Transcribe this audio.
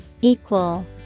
Equal